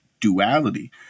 duality